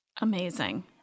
Amazing